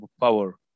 power